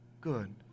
good